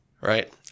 right